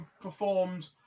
performed